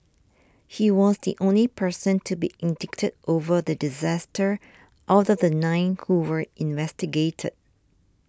he was the only person to be indicted over the disaster out of the nine who were investigated